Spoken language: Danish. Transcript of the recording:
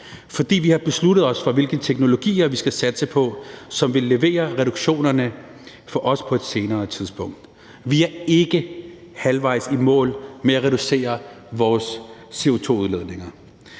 fordi vi har besluttet os for, hvilke teknologier vi skal satse på, som vil levere reduktionerne, også på et senere tidspunkt. Vi er ikke halvvejs i mål med at reducere vores CO2-udledninger.